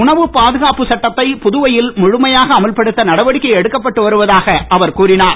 உணவு பாதுகாப்பு சட்டத்தை புதுவையில் முழமையாக அமல்படுத்த நடவடிக்கை எடுக்கப்பட்டு வருவதாக அவர் கூறினார்